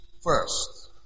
first